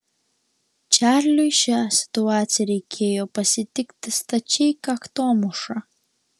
čarliui šią situaciją reikėjo pasitikti stačiai kaktomuša